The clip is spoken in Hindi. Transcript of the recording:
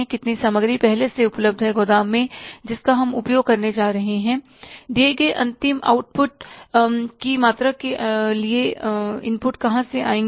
कितनी सामग्री पहले से उपलब्ध है गोदाम में जिसका हम उपयोग करने जा रहे हैं दिए गए अंतिम आउटपुट की मात्रा के निर्माण के लिए इनपुट कहां से आएंगे